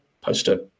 poster